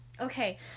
Okay